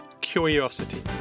curiosity